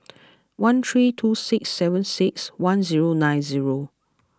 one three two six seven six one zero nine zero